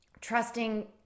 trusting